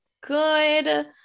good